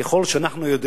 מכאוב.